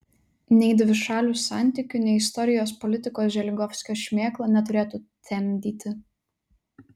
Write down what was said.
nei dvišalių santykių nei istorijos politikos želigovskio šmėkla neturėtų temdyti